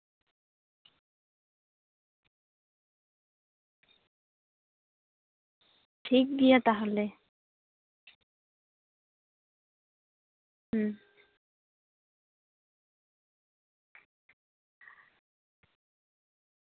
ᱴᱷᱤᱠᱜᱮᱭᱟ ᱛᱟᱦᱞᱮ ᱦᱩᱸ